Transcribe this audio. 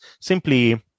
simply